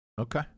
Okay